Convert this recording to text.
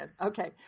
Okay